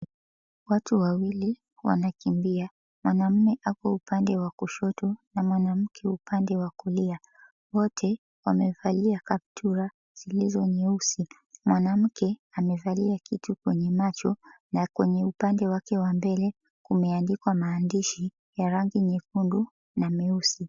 Watu wawili wanakimbia, mwanaume ako upande wa kushoto na mwanamke upande wa kulia wote wamevalia kaptura zilizo nyeusi. Mwanamke amevalia kitu kwenye macho na kwenye upande wake wa mbele kumeandikwa maandishi ya rangi nyekundu na nyeusi.